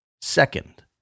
Second